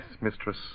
mistress